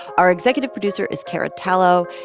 our executive producer is cara tallo.